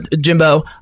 Jimbo